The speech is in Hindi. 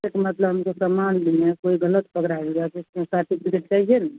सेट मतलब हम तो सामान लिए हैं कोई गलत पकड़ा दिया तो उसमें सर्टिफिकेट चाहिए न